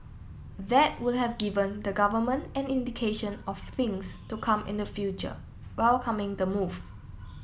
that would have given the government an indication of things to come in the future welcoming the move